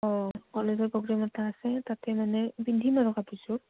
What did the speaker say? অঁ কলেজৰ প্ৰগ্ৰেম এটা আছে তাতে মানে পিন্ধিম আৰু কাপোৰযোৰ